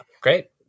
great